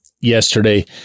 yesterday